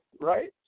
right